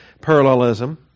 parallelism